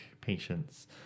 patients